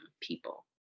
people